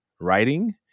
writing